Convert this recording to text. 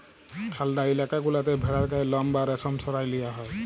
ঠাল্ডা ইলাকা গুলাতে ভেড়ার গায়ের লম বা রেশম সরাঁয় লিয়া হ্যয়